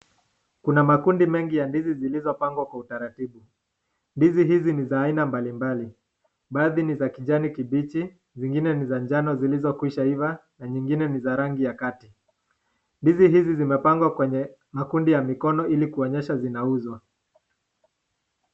Kuna makundi mengi ya ndizi zilizopangwa kwa utaratibu. Ndizi hizi ni za aina mbalimbali. Baadhi ni za kijani kibichi, zingine ni za njano zilizo kwisha iva, na nyingine ni za rangi ya kati. Ndizi hizi zimepangwa kwenye makundi ya mikono ili kuonyesha zinauzwa.